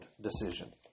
decision